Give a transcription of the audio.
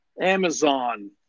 amazon